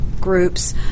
groups